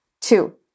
Two